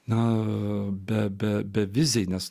na be bevizėje nes